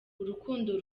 urukundo